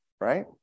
right